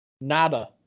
Nada